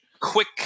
Quick